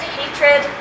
hatred